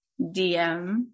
DM